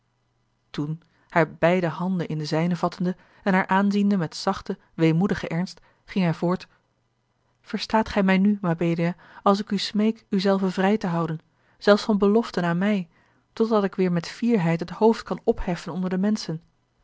toen hare beide handen in de zijnen vattende en haar aanziende met zachten weemoedigen ernst ging hij voort verstaat gij mij nu mabelia als ik u smeek u zelve vrij te houden zelfs van beloften aan mij totdat ik weêr met fierheid het hoofd kan opheffen onder de menschen